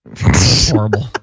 horrible